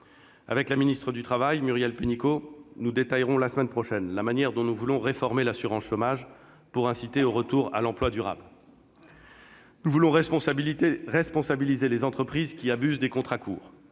Avec la ministre du travail, Muriel Pénicaud, nous détaillerons la semaine prochaine la manière dont nous voulons réformer l'assurance chômage pour inciter au retour à l'emploi durable. Nous voulons responsabiliser les entreprises qui abusent des contrats courts,